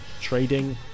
trading